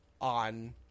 on